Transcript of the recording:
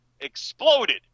exploded